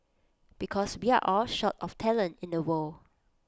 because we are all short of talent in the world